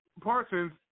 parsons